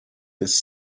this